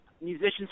musicians